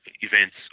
events